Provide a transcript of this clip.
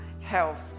health